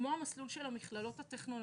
כמו המסלול של מכללות טכנולוגיות,